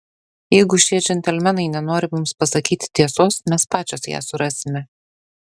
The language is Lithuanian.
jeigu šie džentelmenai nenori mums pasakyti tiesos mes pačios ją surasime